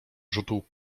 wrzód